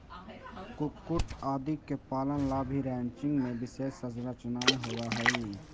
कुक्कुट आदि के पालन ला भी रैंचिंग में विशेष संरचनाएं होवअ हई